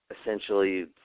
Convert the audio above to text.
essentially